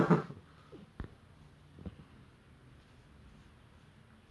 no he's you know he's like the tallest person in sports school ever